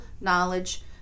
knowledge